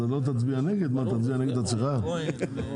זאת הסתייגות מספר 4. הצבעה